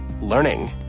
learning